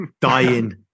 dying